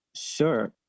Sure